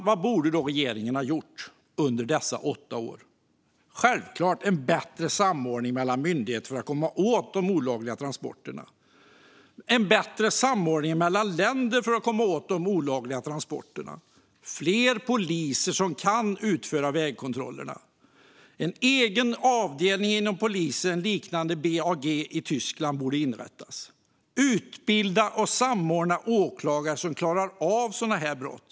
Vad borde då regeringen ha gjort under dessa åtta år? Självklart borde man ha åstadkommit en bättre samordning mellan myndigheter för att komma åt de olagliga transporterna. Man borde även ha åstadkommit en bättre samordning mellan länder för att komma åt de olagliga transporterna. Man borde ha tillsatt fler poliser som kan utföra vägkontrollerna. En egen avdelning inom polisen, liknande BAG i Tyskland, borde ha inrättats. Man borde ha utbildat och samordnat åklagare som klarar av att hantera sådana här brott.